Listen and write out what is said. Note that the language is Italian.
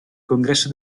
congresso